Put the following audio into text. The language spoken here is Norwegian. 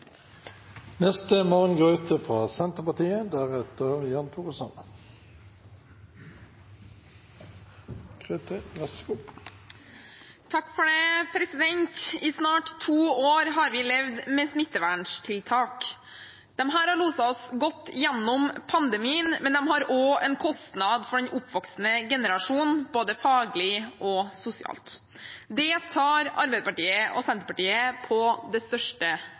I snart to år har vi levd med smitteverntiltak. Disse har loset oss godt gjennom pandemien, men de har også en kostnad for den oppvoksende generasjonen, både faglig og sosialt. Det tar Arbeiderpartiet og Senterpartiet på det største